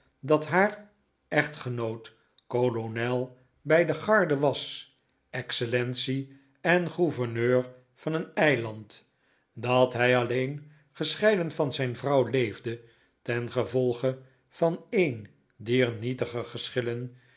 dat haar echtgenoot kolonel bij de garde was excellence en gouverneur van een eiland dat hij alleen gescheiden van zijn vrouw leefde tengevolge van een dier nietige geschillen